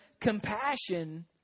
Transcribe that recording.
compassion